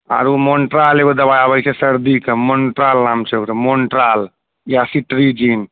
आ ओ मोन्ट्राल एगो दबाइ आबैत छै सर्दीके मोन्ट्राल नाम छै ओकर मोन्ट्राल या सिट्रीजिन